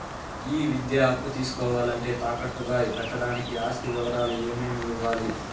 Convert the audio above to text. ఈ విద్యా అప్పు తీసుకోవాలంటే తాకట్టు గా పెట్టడానికి ఆస్తి వివరాలు ఏమేమి ఇవ్వాలి?